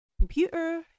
computer